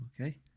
Okay